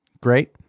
Great